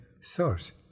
source